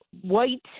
white